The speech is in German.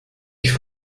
ich